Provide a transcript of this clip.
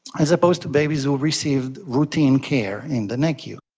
as opposed to babies who received routine care in the nicu.